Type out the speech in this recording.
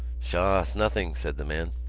sha s nothing, said the man.